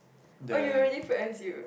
oh you already failed as you